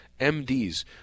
MDs